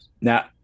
Now